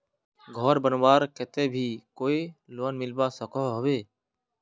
घोर बनवार केते भी कोई लोन मिलवा सकोहो होबे?